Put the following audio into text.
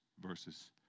verses